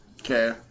Okay